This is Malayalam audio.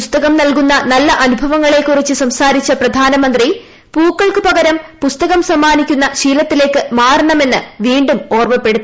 പുസ്തകം നൽകുന്ന നല്ല അനുഭവങ്ങളെക്കുറിച്ച് സംസാരിച്ച പ്രധാനമന്ത്രി പൂക്കൾക്കുപകരം പുസ്തകം സമ്മാനിക്കുന്ന ശീലത്തിലേക്ക് മാറണമെന്ന് വീണ്ടും ഓർമ്മപ്പെടുത്തി